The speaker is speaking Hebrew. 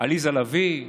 עליזה לביא,